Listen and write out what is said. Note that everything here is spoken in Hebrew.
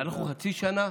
אנחנו חצי שנה,